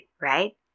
right